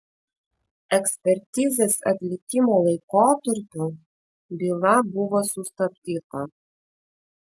ekspertizės atlikimo laikotarpiu byla buvo sustabdyta